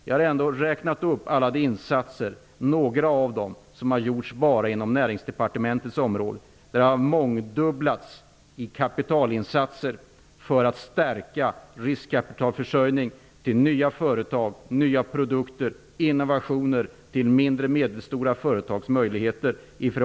Jag hade ändå räknat upp alla de åtgärder där kapitalinsatsen i förhållande till vad som gällde tidigare har mångdubblats, varav några har gjorts inom Näringsdepartementets område, som har gjorts för att stärka riskkapitalförsörjning till nya företag, nya produkter och innovationer samt till mindre och medelstora företags möjligheter.